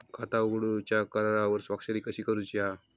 खाता उघडूच्या करारावर स्वाक्षरी कशी करूची हा?